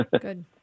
Good